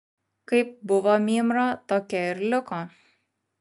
kaip buvo mymra tokia ir liko